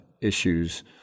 issues